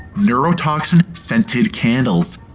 neurotoxin-scented candles!